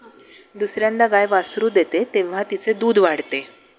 दुसर्यांदा गाय वासरू देते तेव्हा तिचे दूध वाढते